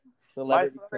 celebrity